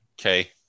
Okay